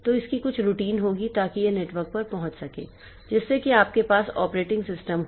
तो इसकी कुछ रूटीन होगी ताकि यह नेटवर्क पर पहुंच सके जिससे कि आपके पास ऑपरेटिंग सिस्टम हो